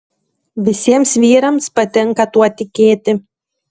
visiems vyrams patinka tuo tikėti